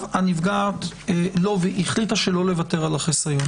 אם הנפגעת החליטה שלא לוותר על החיסיון